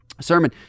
sermon